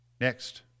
Next